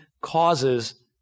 causes